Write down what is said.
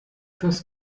das